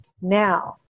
Now